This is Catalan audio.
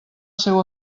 seu